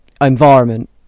environment